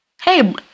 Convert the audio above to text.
Hey